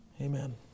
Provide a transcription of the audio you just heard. Amen